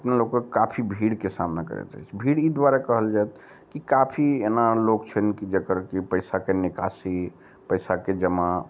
अपना लोकक काफी भीड़के सामना करैत अछि भीड़ ई दुआरे कहल जएत कि काफी एना लोक छैन की जेकर की पैसाके निकासी पैसाके जमा